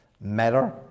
matter